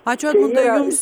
ačiū edmundai jums